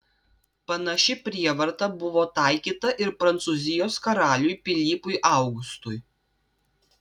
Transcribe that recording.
panaši prievarta buvo taikyta ir prancūzijos karaliui pilypui augustui